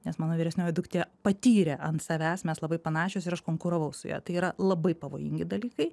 nes mano vyresnioji duktė patyrė ant savęs mes labai panašios ir aš konkuravau su ja tai yra labai pavojingi dalykai